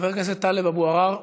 חבר הכנסת טלב אבו עראר,